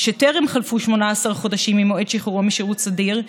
טרם חלפו 18 חודשים ממועד שחרורו משירות סדיר,